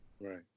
Right